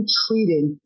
treating